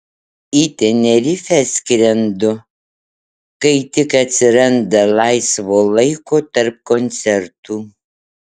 į tenerifę skrendu kai tik atsiranda laisvo laiko tarp koncertų